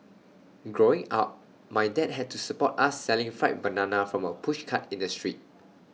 growing up my dad had to support us selling fried bananas from A pushcart in the street